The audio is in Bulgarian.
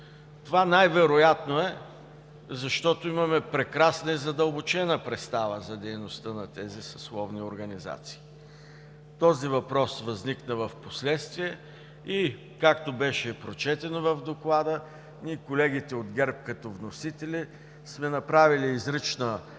Това най-вероятно е, защото имаме прекрасна и задълбочена представа за дейността на тези съсловни организации. Този въпрос възникна впоследствие и както беше прочетено в доклада – ние, колегите от ГЕРБ, като вносители, сме направили изрична